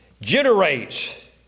generates